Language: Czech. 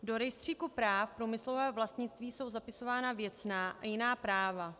Do rejstříku práv průmyslového vlastnictví jsou zapisována věcná a jiná práva.